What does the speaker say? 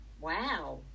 Wow